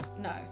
no